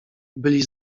byli